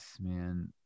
man